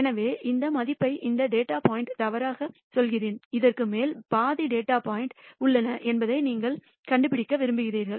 எனவே அந்த மதிப்பை இந்த டேட்டா பாயின்ட் தவறாக சொல்கின்றன அதற்கு மேல் பாதி டேட்டா பாயிண்ட் உள்ளன என்பதை நீங்கள் கண்டுபிடிக்க விரும்புகிறீர்கள்